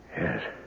Yes